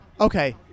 Okay